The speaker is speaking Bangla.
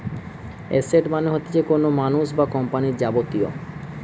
এসেট মানে হতিছে কোনো মানুষ বা কোম্পানির যাবতীয়